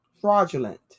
Fraudulent